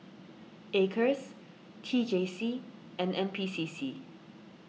Acres T J C and N P C C